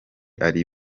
ari